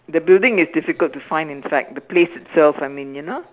the building is difficult to find inside the place itself I mean you know